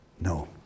No